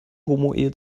homoehe